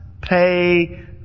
pay